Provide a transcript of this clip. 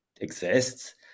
exists